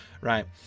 right